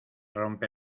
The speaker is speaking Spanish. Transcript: rompe